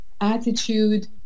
attitude